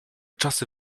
czasy